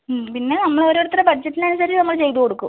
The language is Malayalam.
മ്മ് പിന്നെ നമ്മൾ ഓരോരുത്തരെ ബഡ്ജറ്റിനനുസരിച്ച് നമ്മൾ ചെയ്തു കൊടുക്കും